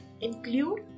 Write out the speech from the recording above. include